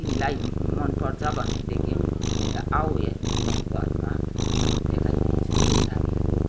तिमीलाई मनपर्छ भनेदेखि आउ हेर्नु मेरो घरमा म देखाइदिन्छु त्यो साडीहरू